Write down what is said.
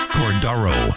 Cordaro